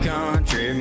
Country